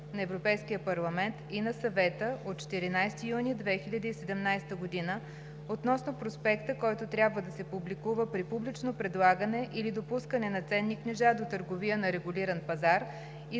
на Европейския парламент и на Съвета от 14 юни 2017 г. относно проспекта, който трябва да се публикува при публично предлагане или допускане на ценни книжа до търговия на регулиран пазар, и